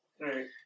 right